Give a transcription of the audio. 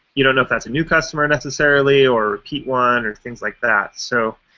you know know if that's a new customer necessarily, or a repeat one, or things like that. so,